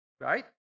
right